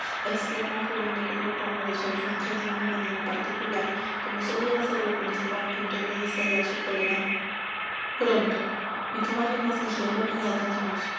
exclamó jugando con el pomo de su alfanje de una manera particular como solía hacerlo cuando estaba á punto de estallar su cólera pronto mi caballo más ligero y